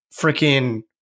freaking